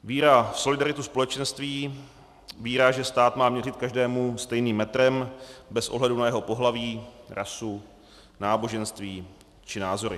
Víra v solidaritu společenství, víra, že stát má měřit každému stejným metrem bez ohledu na jeho pohlaví, rasu, náboženství či názory.